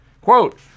Quote